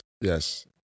yes